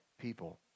people